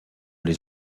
les